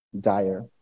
dire